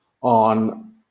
on